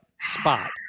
spot